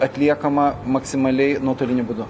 atliekama maksimaliai nuotoliniu būdu